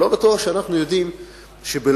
אני לא בטוח שאנחנו יודעים שבלוד,